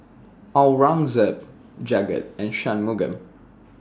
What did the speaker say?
Aurangzeb Jagat and Shunmugam